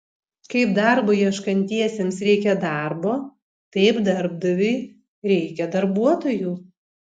kaip darbo ieškantiesiems reikia darbo taip darbdaviui reikia darbuotojų